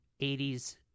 80s